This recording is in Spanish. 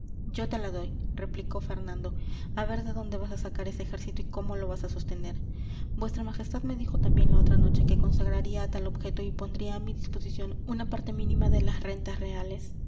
yo te la doy replicó fernando a ver de dónde vas a sacar ese ejército y cómo lo vas a sostener vuestra majestad me dijo también la otra noche que consagraría a tal objeto y pondría a mi disposición una parte mínima de las rentas reales